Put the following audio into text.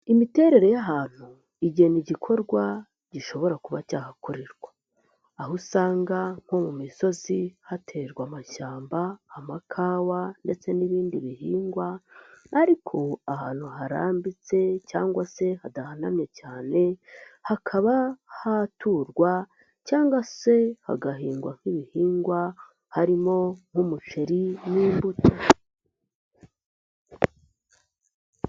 Imiterere y'ahantu igena igikorwa gishobora kuba cyahakorerwa, aho usanga nko mu misozi haterwa amashyamba, amakawa ndetse n'ibindi bihingwa, ariko ahantu harambitse cyangwa se hadahanamye cyane hakaba haturwa cyangwa se hagahingwa nk'ibihingwa harimo nk'umuceri n'imbuto.